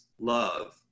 love